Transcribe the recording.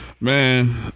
man